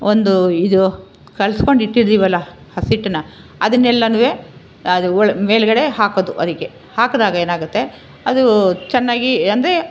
ಒಂದು ಇದು ಕಲಸ್ಕೊಂಡು ಇಟ್ಟಿದ್ದೀವಲ್ಲ ಹಸಿಟ್ಟನ್ನು ಅದನೆಲ್ಲನೂ ಅದು ಒಳ ಮೇಲುಗಡೆ ಹಾಕೋದು ಅದಕ್ಕೆ ಹಾಕಿದಾಗ ಏನಾಗುತ್ತೆ ಅದು ಚೆನ್ನಾಗಿ ಅಂದರೆ